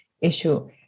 issue